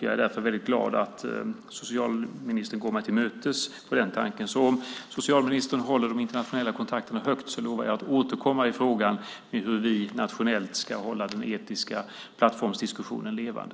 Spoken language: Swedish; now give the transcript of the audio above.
Jag är därför väldigt glad att socialministern går mig till mötes i fråga om den tanken. Om socialministern håller de internationella kontakterna högt lovar jag att återkomma i frågan om hur vi nationellt ska hålla diskussionen om den etiska plattformen levande.